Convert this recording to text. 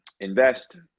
Invest